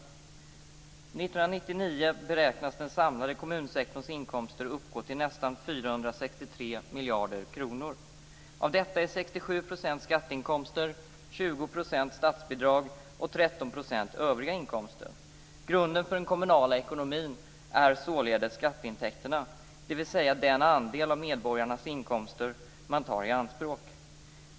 År 1999 beräknas den samlade kommunsektorns inkomster uppgå till nästan 463 miljarder kronor. Av detta är 67 % skatteinkomster, 20 % statsbidrag och 13 % övriga inkomster. Grunden för den kommunala ekonomin är således skatteintäkterna, dvs. den andel av medborgarnas inkomster man tar i anspråk.